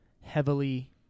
heavily